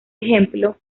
ejemplo